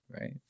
right